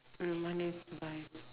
mm need to buy